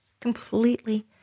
completely